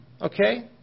okay